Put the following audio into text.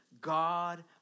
God